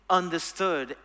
understood